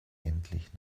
endlich